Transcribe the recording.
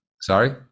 Sorry